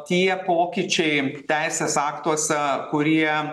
tie pokyčiai teisės aktuose kurie